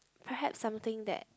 perhaps something that